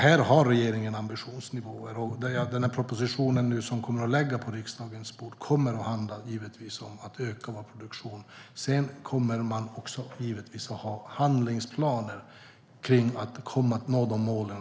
Här har regeringen hög ambitionsnivå. Den proposition som nu kommer att läggas på riksdagens bord handlar givetvis om att öka vår produktion. Sedan kommer man också att ha handlingsplaner för att man ska nå målen.